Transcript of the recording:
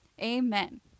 Amen